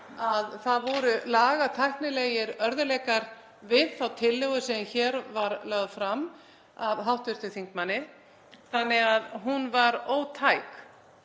að það voru lagatæknilegir örðugleikar við þá tillögu sem hér var lögð fram af hv. þingmanni þannig að hún var ótæk.